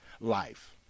life